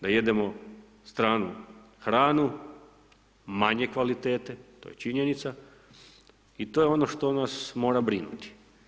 Da jedemo stranu hranu, manje kvalitete, to je činjenica i to je ono što nas mora brinuti.